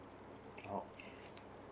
oh